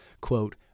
quote